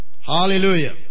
Hallelujah